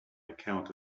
account